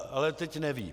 Ale teď nevím.